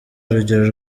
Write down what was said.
urugero